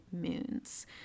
moons